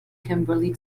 kimberley